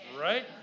Right